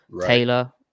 Taylor